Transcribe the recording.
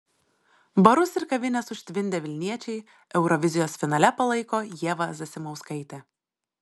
barus ir kavines užtvindę vilniečiai eurovizijos finale palaiko ievą zasimauskaitę